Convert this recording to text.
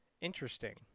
interesting